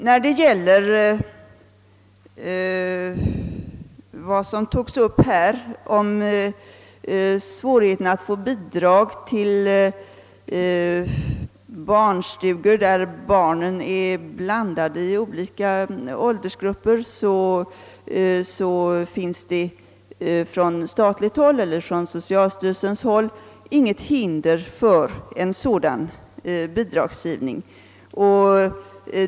Med anledning av vad som här togs upp beträffande svårigheten att få bidrag till barnstugor, där barn finns i olika åldersgrupper, vill jag säga att det från socialstyrelsens håll inte föreligger något hinder för en sådan bidragsgivning.